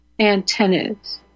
antennas